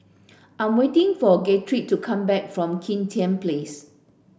I'm waiting for Guthrie to come back from Kim Tian Place